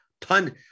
ton